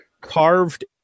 carved